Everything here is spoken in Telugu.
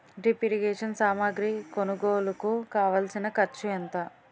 డ్రిప్ ఇరిగేషన్ సామాగ్రి కొనుగోలుకు కావాల్సిన ఖర్చు ఎంత